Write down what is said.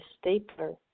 stapler